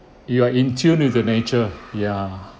you are in tune with the nature ya